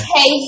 Hey